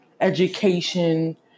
education